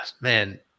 man